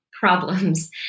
problems